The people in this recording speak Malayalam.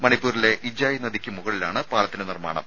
മണിപ്പൂരിലെ ഇജായ് നദിയ്ക്ക് മുകളിലാണ് പാലത്തിന്റെ നിർമ്മാണം